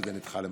וזה נדחה למחר.